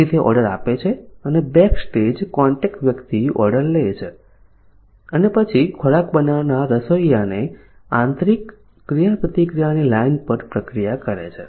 તેથી તે ઓર્ડર આપે છે અને બેકસ્ટેજ કોન્ટેક્ટ વ્યક્તિ ઓર્ડર લે છે અને પછી ખોરાક બનાવનાર રસોઈયાને આંતરિક ક્રિયાપ્રતિક્રિયાની લાઇન પર પ્રક્રિયા કરે છે